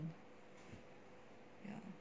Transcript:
ya